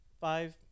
five